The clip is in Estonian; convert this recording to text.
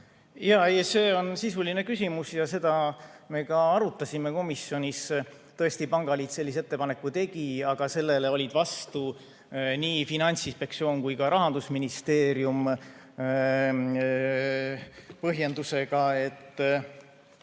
Jaa, see on sisuline küsimus ja seda me ka arutasime komisjonis. Tõesti, pangaliit sellise ettepaneku tegi, aga sellele olid vastu nii Finantsinspektsioon kui ka Rahandusministeerium põhjendusega, et